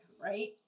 right